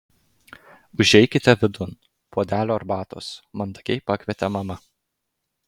užeikite vidun puodelio arbatos mandagiai pakvietė mama